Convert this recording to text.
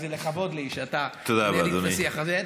זה לכבוד לי שאתה מנהל איתי את השיח הזה.